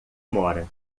mora